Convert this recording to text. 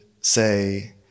say